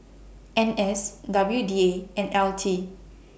N S W D A and L T